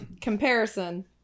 Comparison